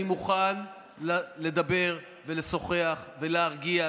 אני מוכן לדבר ולשוחח ולהרגיע.